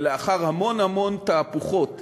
ולאחר המון המון תהפוכות